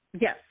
Yes